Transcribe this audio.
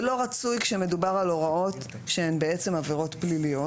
זה לא רצוי כשמדובר על הוראות שהן עבירות פליליות,